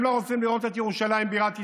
הם לא רוצים לראות את ירושלים בירת ישראל,